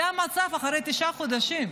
זה המצב אחרי תשעה חודשים.